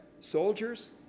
soldiers